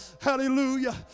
hallelujah